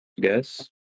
guess